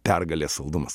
pergalės saldumas